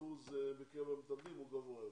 האחוז שלהם בקרב המתאבדים הוא גבוה יותר.